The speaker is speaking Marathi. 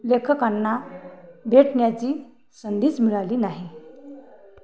लेखकांना भेटण्याची संधीचं मिळाली नाही